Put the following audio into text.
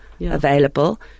available